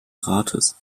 rates